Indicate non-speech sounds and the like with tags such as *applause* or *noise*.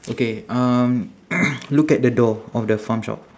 okay um *noise* look at the door of the farm shop